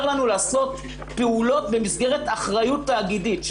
לנו לעשות פעולות במסגרת אחריות תאגידית,